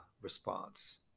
response